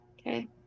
Okay